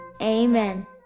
Amen